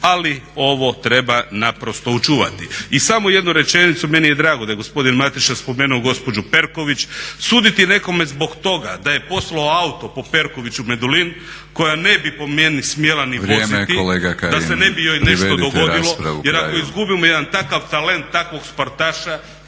ali ovo treba naprosto očuvati. I samo jednu rečenicu, meni je drago da je gospodin Mateša spomenuo gospođu Perković. Suditi nekome zbog toga da je poslao auto po Perković u Medulin koja ne bi po meni smjela ni voziti da joj se ne bi nešto dogodilo… … /Upadica Batinić: Vrijeme kolega Kajin,